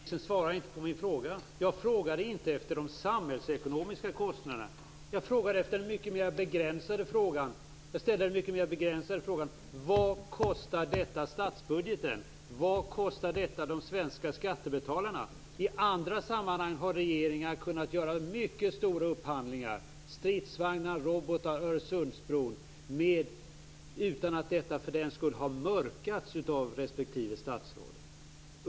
Fru talman! Näringsministern svarar inte på min fråga. Jag frågade inte efter de samhällsekonomiska kostnaderna. Jag ställde den mycket mer begränsade frågan: Vad kostar detta statsbudgeten? Vad kostar detta de svenska skattebetalarna? I andra sammanhang har regeringar kunnat göra mycket stora upphandlingar av t.ex. stridsvagnar, robotar, Öresundsbron utan att detta har mörkats av respektive statsråd.